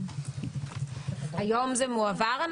היום זה מועבר?